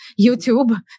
YouTube